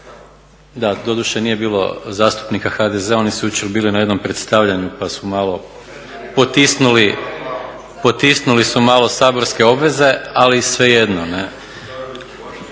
Da, doduše nije bilo zastupnika HDZ-a. Oni su jučer bili na jednom predstavljanju pa su malo potisnuli su malo saborske obveze. Ali svejedno,